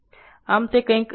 આમ તે કંઈક જેવું હશે